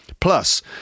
Plus